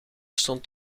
stond